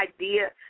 idea